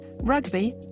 rugby